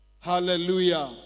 Hallelujah